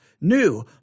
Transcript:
new